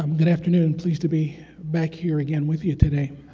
um good afternoon, pleased to be back here again with you today.